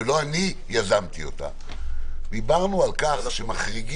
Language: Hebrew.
וזה לא משהו שאני יזמתי דיברנו על כך שמחריגים